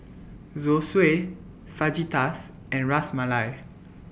Zosui Fajitas and Ras Malai